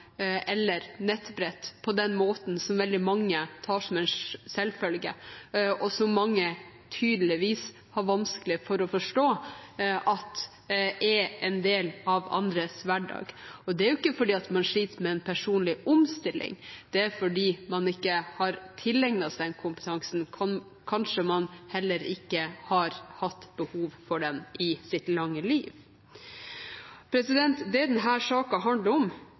eller nettbrett på den måten som veldig mange tar som en selvfølge. Mange har tydeligvis vanskelig for å forstå at det er en del av andres hverdag. Det er ikke fordi man sliter med en personlig omstilling, men fordi man ikke har tilegnet seg den kompetansen, som man kanskje heller ikke har hatt behov for i sitt lange liv. Det denne saken handler om,